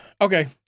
Okay